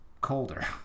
colder